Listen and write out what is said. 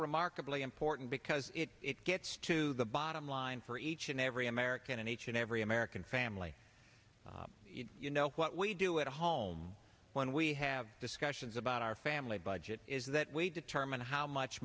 remarkably important because it's good to the bottom line for each and every american and each and every american family you know what we do at home when we have discussions about our family budget is that we determine how much